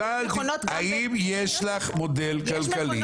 שאלתי, האם יש לך מודל כלכלי במכולת שזה יעבוד?